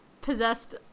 possessed